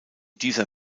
dieser